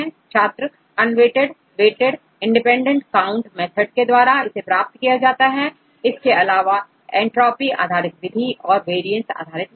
छात्र unweighted weighted independent count method जिनके द्वारा इसको प्राप्त किया जाता है इसके अलावा एंट्रॉफी आधारित विधि और वारिएन्स आधारित विधि